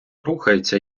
рухається